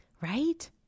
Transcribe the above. Right